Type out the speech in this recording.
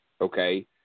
Okay